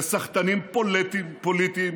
לסחטנים פוליטיים,